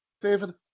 David